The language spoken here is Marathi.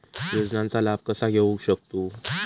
योजनांचा लाभ कसा घेऊ शकतू?